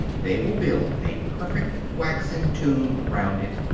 they will build a perfect waxen tomb round it,